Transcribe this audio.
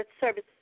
service